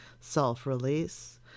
self-release